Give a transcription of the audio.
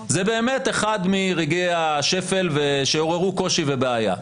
זה באמת אחד מרגעי השפל שעוררו קושי ובעיה.